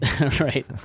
Right